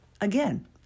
Again